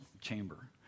chamber